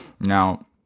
Now